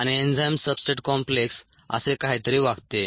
आणि enzymes substrate complex असे काहीतरी वागते